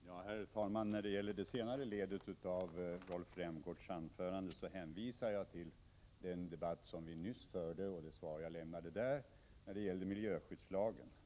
Herr talman! När det gäller det senare ledet av Rolf Rämgårds anförande hänvisar jag till den debatt som vi nyss förde och det svar som jag där lämnade om miljöskyddslagen.